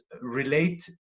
relate